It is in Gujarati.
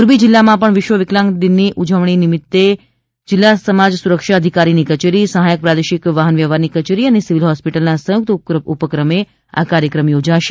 મોરબી જિલ્લામાં વિશ્વ દિવ્યાંગ દિનની ઉજવણી જિલ્લા સમાજસુરક્ષા અધિકારીની કચેરી સહાયક પ્રાદેશિક વાહન વ્યવહારની કચેરી અને સિવિલ હોસ્પિટલના સંયુક્ત ઉપક્રમે યોજાશે